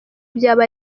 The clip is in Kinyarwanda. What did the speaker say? byaba